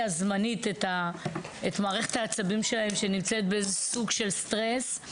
זמנית את מערכת העצבים שלהן שנמצאת באיזשהו סוג של סטרס,